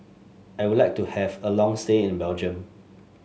I would like to have a long stay in Belgium